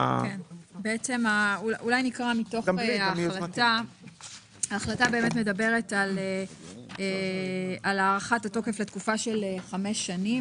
אני אקרא מתוך ההחלטה שמדברת על הארכת התוקף לתקופה של חמש שנים,